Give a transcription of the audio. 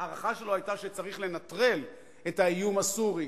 ההערכה שלו היתה שצריך לנטרל את האיום הסורי,